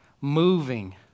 moving